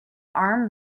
arm